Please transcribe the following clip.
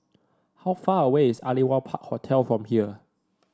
how far away is Aliwal Park Hotel from here